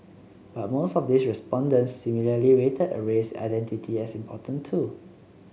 but most of these respondents similarly rated a race identity as important too